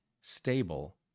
stable